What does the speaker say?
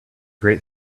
great